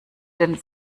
den